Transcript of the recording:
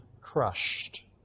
crushed